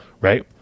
Right